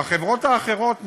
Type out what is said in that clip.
והחברות האחרות,